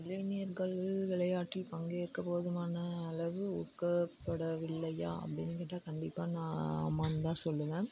இளைஞர்கள் விளையாட்டில் பங்கேற்க போதுமான அளவு ஊக்கப்படவில்லையா அப்படினு கேட்டால் கண்டிப்பாக நான் ஆமான்னுதான் சொல்வேன்